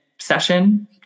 session